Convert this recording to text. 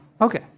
Okay